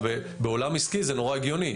בעולם עסקי זה נורא הגיוני.